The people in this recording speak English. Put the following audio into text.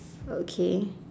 okay